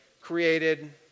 created